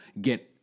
get